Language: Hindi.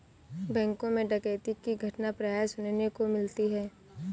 बैंकों मैं डकैती की घटना प्राय सुनने को मिलती है